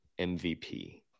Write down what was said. MVP